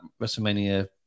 WrestleMania